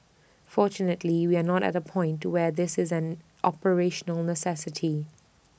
fortunately we are not at A point to where this is an operational necessity